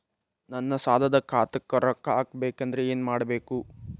ನನ್ನ ಸಾಲದ ಖಾತಾಕ್ ರೊಕ್ಕ ಹಾಕ್ಬೇಕಂದ್ರೆ ಏನ್ ಮಾಡಬೇಕು?